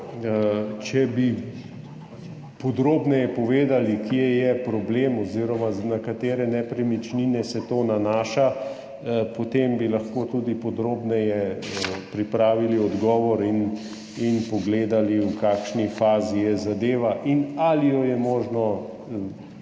če bi podrobneje povedali, kje je problem oziroma na katere nepremičnine se to nanaša, potem bi lahko tudi podrobneje pripravili odgovor in pogledali, v kakšni fazi je zadeva in ali jo je možno prenesti